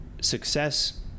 success